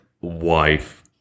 wife